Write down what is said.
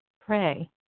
pray